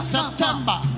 September